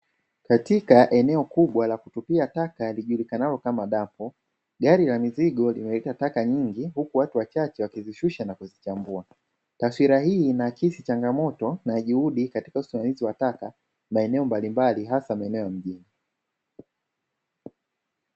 Katika eneo kubwa la kutupia taka lijulikanalo kama dampo, gari la mizigo limeleta taka nyingi huku watu wachache wakizishusha na kuzichambua, taswira hii inaakisi changamoto na juhudi katika usimamizi wa taka maeneo mbalimbali hasa maeneo ya mjini.